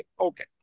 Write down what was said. Okay